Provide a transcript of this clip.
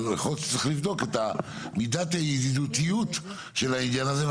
אבל יכול להית שצריך לבדוק את מידת הידידותיות של העניין הזה,